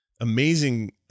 amazing